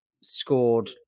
scored